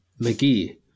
McGee